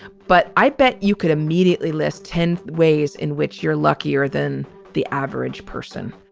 but i bet you could immediately list tenth ways in which you're luckier than the average person